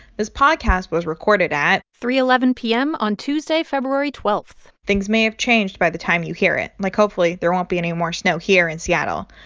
this podcast was recorded at. three eleven p m. on tuesday, february twelve point things may have changed by the time you hear it, like hopefully there won't be any more snow here in seattle.